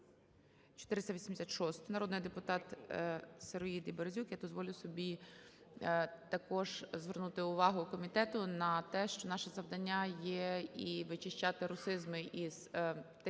народний депутат Сироїд і Березюк. Я дозволю собі також звернути увагу комітету на те, що наше завдання є і вичищати русизми із тих